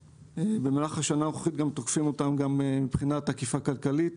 במהלך השנה הנוכחית אנחנו תוקפים אותם גם מבחינת אכיפה כלכלית.